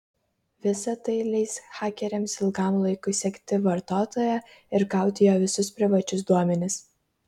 visa tai leis hakeriams ilgam laikui sekti vartotoją ir gauti jo visus privačius duomenis